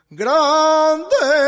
grande